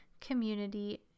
community